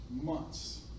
months